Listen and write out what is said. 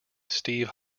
steve